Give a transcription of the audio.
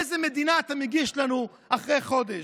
איזה מדינה אתה מגיש לנו אחרי חודש?